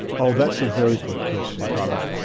oh that's a very good question kyla.